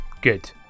Good